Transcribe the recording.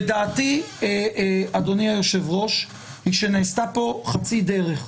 ודעתי, אדוני היושב ראש, היא שנעשתה פה חצי דרך,